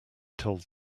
told